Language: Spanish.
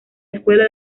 escuela